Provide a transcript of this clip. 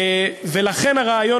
לכן הרעיון,